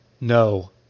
No